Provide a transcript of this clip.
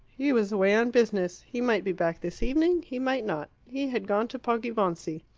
he was away on business. he might be back this evening, he might not. he had gone to poggibonsi.